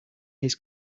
his